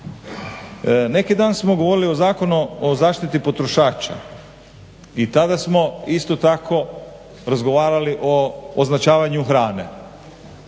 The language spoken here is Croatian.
Neki dan smo govorili o Zakonu o zaštiti potrošača i tada smo isto tako razgovarali o označavanju hrane,